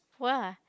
!wah!